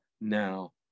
now